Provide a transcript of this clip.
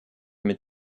mit